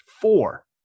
Four